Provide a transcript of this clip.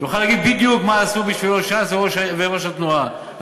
יוכל להגיד בדיוק מה עשו בשבילו ש"ס וראש התנועה,